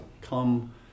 come